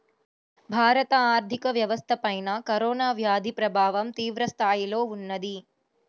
భారత ఆర్థిక వ్యవస్థపైన కరోనా వ్యాధి ప్రభావం తీవ్రస్థాయిలో ఉన్నది